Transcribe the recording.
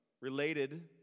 related